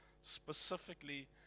specifically